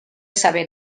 saber